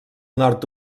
nord